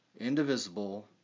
indivisible